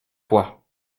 quoi